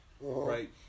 right